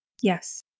Yes